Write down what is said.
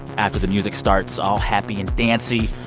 after the music starts all happy and dancy,